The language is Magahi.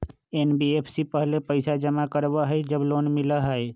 एन.बी.एफ.सी पहले पईसा जमा करवहई जब लोन मिलहई?